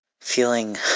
feeling